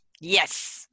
yes